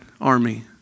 army